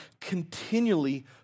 continually